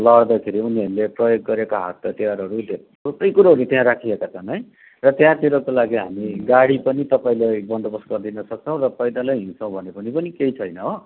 लडदाखेरि उनीहरूले प्रयोग गरेका हात हतियारहरू धे थुप्रो कुरोहरू त्यहाँ राखिएका छन् है र त्यहाँतिरको लागि हामी गाडी पनि तपाईँलाई बन्दोबस्त गरिदिन सक्छौँ र पैदल हिँड्छौँ भने भने पनि केही छैन हो